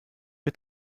wir